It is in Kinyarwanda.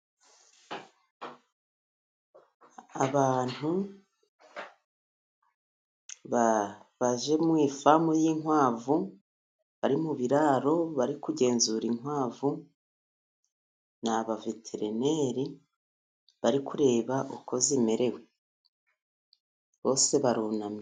Abantu baje mu ifamu y'inkwavu, bari mu biraro bari kugenzura inkwavu, ni abaveterineri bari kureba uko zimerewe bose barunamye.